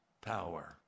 power